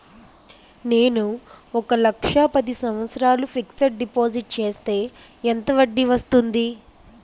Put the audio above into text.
నేను ఒక లక్ష పది సంవత్సారాలు ఫిక్సడ్ డిపాజిట్ చేస్తే ఎంత వడ్డీ వస్తుంది?